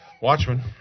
Watchmen